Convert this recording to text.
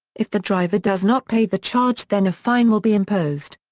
if the driver does not pay the charge then a fine will be imposed.